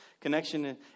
Connection